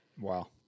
Wow